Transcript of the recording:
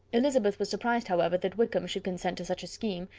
elizabeth was surprised, however, that wickham should consent to such a scheme,